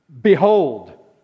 Behold